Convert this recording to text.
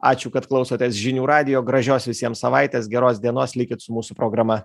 ačiū kad klausotės žinių radijo gražios visiems savaitės geros dienos likit su mūsų programa